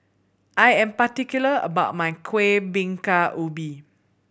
I am particular about my Kueh Bingka Ubi